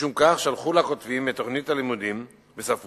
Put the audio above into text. משום כך שלחו לכותבים את תוכנית הלימודים בספרות,